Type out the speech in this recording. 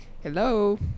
hello